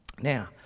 Now